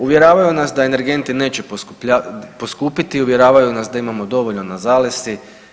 Uvjeravaju nas da energenti neće poskupiti, uvjeravaju nas da imamo dovoljno na zalihi.